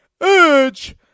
Edge